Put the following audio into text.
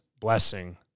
blessing